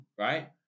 Right